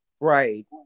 Right